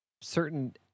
Certain